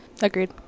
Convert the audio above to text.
Agreed